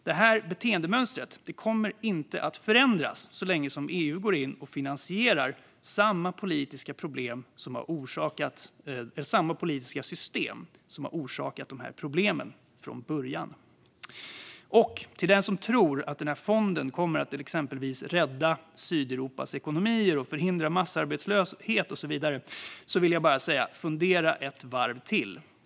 Det beteendemönstret kommer inte att förändras så länge som EU går in och finansierar samma politiska system som har orsakat problemen från början. Till den som tror att fonden kommer att exempelvis rädda Sydeuropas ekonomier och förhindra massarbetslöshet och så vidare vill jag bara säga: Fundera ett varv till.